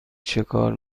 چکار